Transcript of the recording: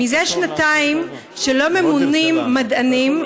מזה שנתיים לא ממונים מדענים,